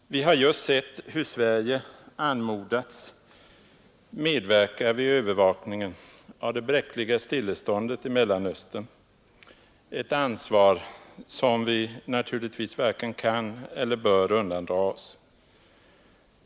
Vi har just sett hur Sverige anmodats medverka i övervakningen av det bräckliga stilleståndet i Mellanöstern, ett ansvar som vi naturligtvis varken kan eller bör undandra oss.